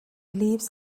leaves